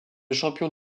champion